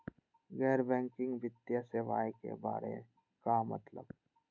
गैर बैंकिंग वित्तीय सेवाए के बारे का मतलब?